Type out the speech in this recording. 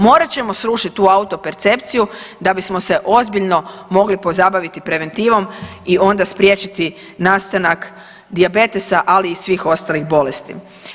Morat ćemo srušit tu auto percepciju da bismo se ozbiljno mogli pozabaviti preventivom i onda spriječiti nastanak dijabetesa, ali i svih ostalih bolesti.